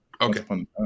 Okay